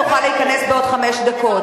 תוכל להיכנס בעוד חמש דקות.